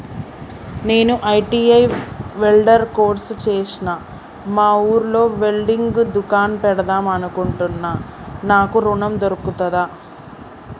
నేను ITI welder course చేశ్న మా ఊర్లో వెల్డింగ్ దుకాన్ పెడదాం అనుకుంటున్నా నాకు ఋణం దొర్కుతదా?